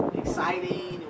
exciting